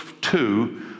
two